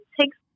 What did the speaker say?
takes